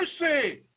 mercy